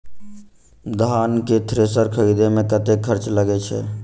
धान केँ थ्रेसर खरीदे मे कतेक खर्च लगय छैय?